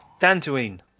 Dantooine